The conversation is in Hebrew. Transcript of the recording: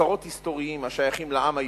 אוצרות היסטוריים השייכים לעם היהודי,